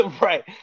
right